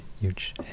huge